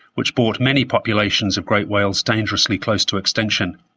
which brought many populations of great whales dangerously close to extinction.